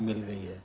ਮਿਲ ਗਈ ਹੈ